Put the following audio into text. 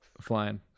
flying